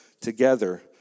together